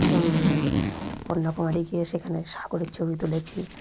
কন্যাকুমারী গিয়ে সেখানে সাগরের ছবি তুলেছি